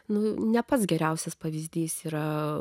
na ne pats geriausias pavyzdys yra